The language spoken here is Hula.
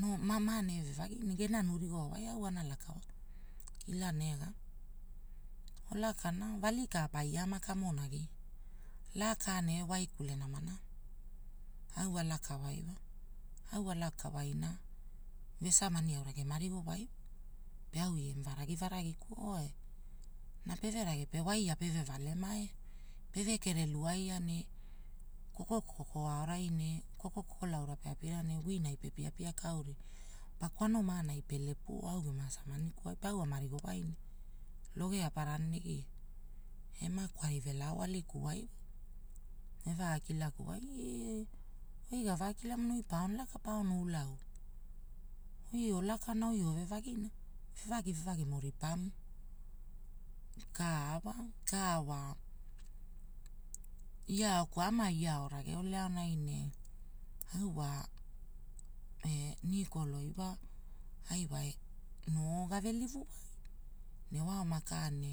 Noo ma maene vevagi, ne enamu rigoawai ila nega wa- olakana vali ka paiama kamonagi, laka ne waikule nama nama. Au alakawai wa, au alakawai na vesamani aura gema rigowai, au gema varagi varagiku oe, na peve rage ne waia peve vale maea, peve kere luaina ne kokokoko aorai ne kokokoko laura peapira ne guina pe paikaura. Pa kwano maanai pelepu oa au gema samanikuwai pe au ama rigowai, logeaparana ema kwari velao alikuwai. Ne evaakilakuwai, oi gavakilamuna paono laka paono ulaula, oi olakana oi ove vagina, vevagi vevagimo ripamu, ka wa. Kaa wa iaokuai, ama iaorage ole aonai ne au wa, pe nikolo ai wa ai noo gave livuwai ne maaoma ka ne